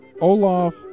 Olaf